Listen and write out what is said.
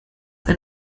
ein